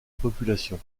population